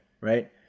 right